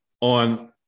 on